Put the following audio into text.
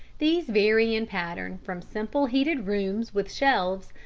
these vary in pattern from simple heated rooms, with shelves,